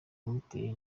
yamuteye